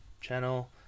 channel